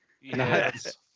yes